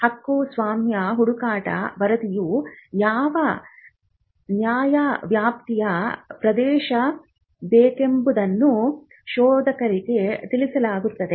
ಹಕ್ಕುಸ್ವಾಮ್ಯ ಹುಡುಕಾಟ ವರದಿಯು ಯಾವ ನ್ಯಾಯವ್ಯಾಪ್ತಿಯ ಪ್ರವೇಶಿಸಬೇಕೆಂಬುದನ್ನು ಶೋಧಕರಿಗೆ ತಿಳಿಸಿಕೊಡುತ್ತದೆ